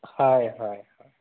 হয় হয়